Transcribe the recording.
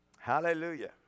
Hallelujah